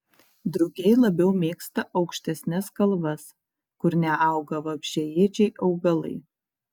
drugiai labiau mėgsta aukštesnes kalvas kur neauga vabzdžiaėdžiai augalai